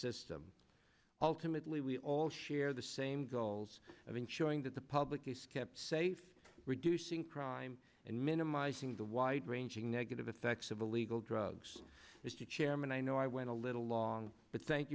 system ultimately we all share the same goals of ensuring that the public is kept safe reducing crime and minimizing the wide ranging negative effects of illegal drugs mr chairman i know i went a little long but thank